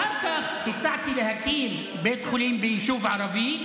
שר הבריאות לא היה מש"ס.